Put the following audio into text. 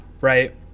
right